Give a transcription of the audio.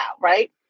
right